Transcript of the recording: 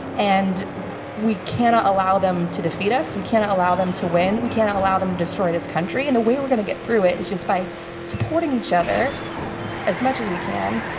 and we cannot allow them to defeat us. we cannot allow them to win. we cannot allow them to destroy this country, and the way we're gonna get through it is by supporting each other as much as we can,